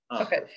okay